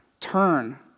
Turn